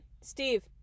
Steve